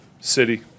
city